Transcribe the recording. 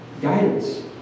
guidance